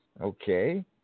Okay